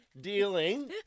dealing